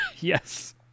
Yes